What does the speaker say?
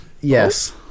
Yes